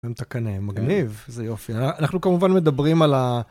את הקנה, מגניב זה יופי אנחנו כמובן מדברים על.